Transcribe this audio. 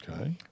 Okay